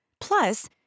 Plus